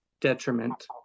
detriment